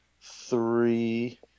three